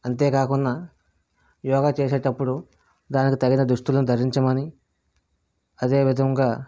అంతేకాకుండా యోగ చేసేటప్పుడు దానికి తగిన దుస్తులను ధరించమని అదే విధంగా